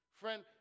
Friend